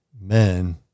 men